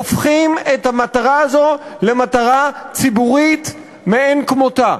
הופכים את המטרה הזאת למטרה ציבורית מאין כמותה.